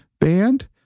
Band